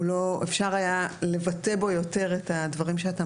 אפשר היה לבטא בו יותר את הדברים שאתה